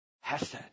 Hesed